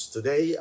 Today